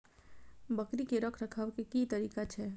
बकरी के रखरखाव के कि तरीका छै?